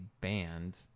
banned